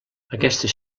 aquestes